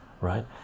right